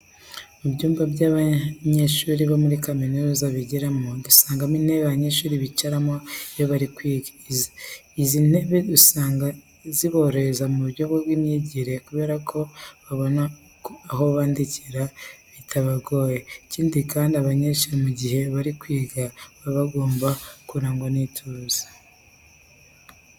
Mu byumba abanyeshuri bo muri kaminuza bigiramo dusangamo intebe abanyeshuri bicaramo iyo bari kwiga. Izi ntebe usanga ziborohereza mu buryo bw'imyigire kubera ko babona aho bandikira bitabagoye. Ikindi kandi, aba banyeshuri mu gihe bari kwiga baba bagomba kurangwa n'ituze.